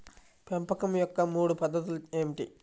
పెంపకం యొక్క మూడు పద్ధతులు ఏమిటీ?